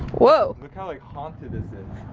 whoa. look how like haunted this is.